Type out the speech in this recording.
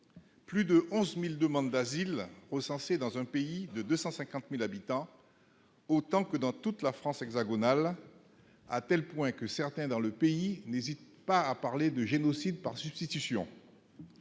plus de 11000 demandes d'asile recensés dans un pays de 250000 habitants, autant que dans toute la France hexagonale, à telle point que certains dans le pays, n'hésite pas à parler de génocide par substitution,